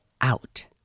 out